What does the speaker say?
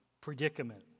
predicament